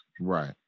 right